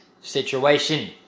situation